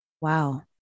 Wow